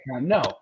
No